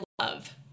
love